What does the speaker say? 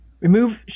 Remove